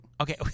Okay